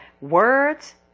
words